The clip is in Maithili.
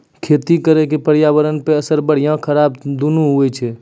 खेती करे के पर्यावरणो पे असर बढ़िया खराब दुनू होय छै